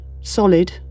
Solid